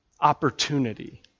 opportunity